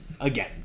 again